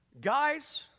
Guys